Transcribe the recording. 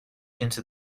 into